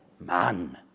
man